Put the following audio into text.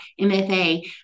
MFA